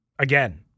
Again